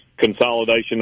consolidation